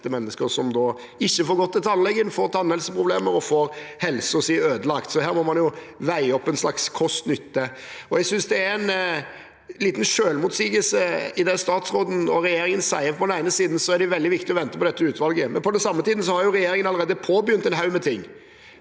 mennesker som ikke får gått til tannlegen, får tannhelseproblemer og får helsen sin ødelagt. Så her må man veie opp kost mot nytte. Jeg synes det er en liten selvmotsigelse i det statsråden og regjeringen sier. På den ene siden er det veldig viktig å vente på dette utvalget, men på den andre siden har regjeringen allerede påbegynt en haug med ting.